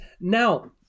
now